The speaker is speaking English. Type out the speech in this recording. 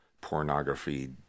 pornography